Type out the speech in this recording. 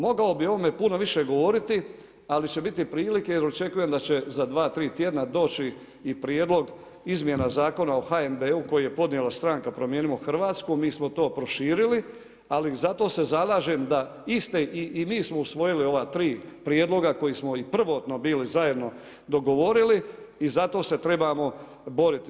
Mogao bi o ovome puno više govoriti, ali će biti prilike jer očekujem da će za dva, tri tjedna doći i Prijedlog izmjena Zakona o HNB-u koji je podnijela stranka Promijenimo Hrvatsku, mi smo to proširili, ali zato se zalažem i mi smo usvojili ova tri prijedloga koji smo i prvotno bili zajedno dogovorili i zato se trebamo boriti.